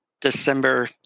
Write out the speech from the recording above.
December